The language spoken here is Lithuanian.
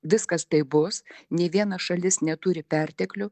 viskas taip bus nei viena šalis neturi perteklio